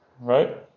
right